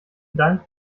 dank